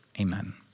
amen